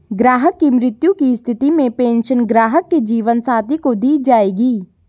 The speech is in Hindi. ग्राहक की मृत्यु की स्थिति में पेंशन ग्राहक के जीवन साथी को दी जायेगी